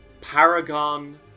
Paragon